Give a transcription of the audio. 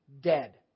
dead